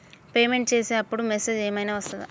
Payment చేసే అప్పుడు message ఏం ఐనా వస్తదా?